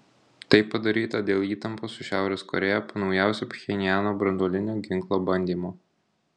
tai padaryta dėl įtampos su šiaurės korėja po naujausio pchenjano branduolinio ginklo bandymo